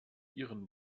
ihren